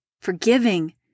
forgiving